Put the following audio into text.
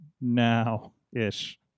now-ish